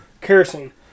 Kerosene